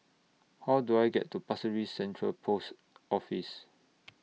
How Do I get to Pasir Ris Central Post Office